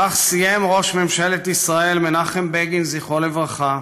כך סיים ראש ממשלת ישראל מנחם בגין, זכרו לברכה,